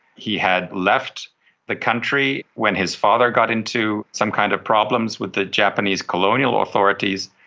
he had left the country when his father got into some kind of problems with the japanese colonial authorities.